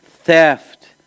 Theft